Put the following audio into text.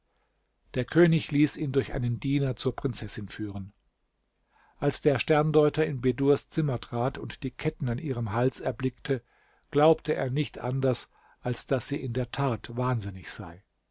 der könig ließ ihn durch einen diener zur prinzessin führen als der sterndeuter in bedurs zimmer trat und die ketten an ihrem hals erblickte glaubte er nicht anders als daß sie in der tat wahnsinnig sei